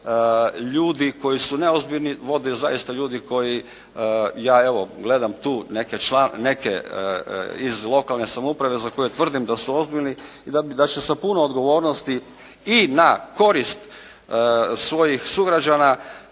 ljudi koji su neozbiljni, vode zaista ljudi koji, ja evo gledam tu neke iz lokalne samouprave za koje tvrdim da su ozbiljni i da će sa puno odgovornosti i na korist svojih sugrađana